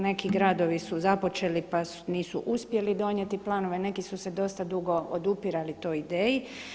Neki gradovi su započeli pa nisu uspjeli donijeti planove, neki su se dosta dugo odupirali toj ideji.